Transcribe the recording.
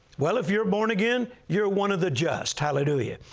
well, if you're born again, you're one of the just, hallelujah.